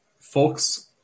folks